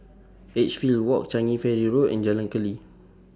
Edgefield Walk Changi Ferry Road and Jalan Keli